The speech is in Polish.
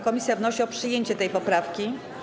Komisja wnosi o przyjęcie tej poprawki.